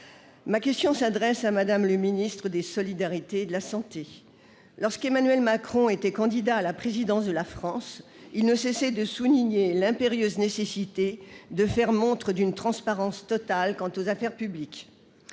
Ma question s'adressait à Mme le ministre des solidarités et de la santé. Lorsqu'Emmanuel Macron était candidat à la présidence de la République française, il ne cessait de souligner l'impérieuse nécessité de faire montre d'une transparence totale quant aux affaires publiques.